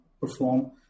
perform